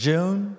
June